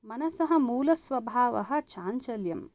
मनसः मूलस्वभावः चाञ्चल्यम्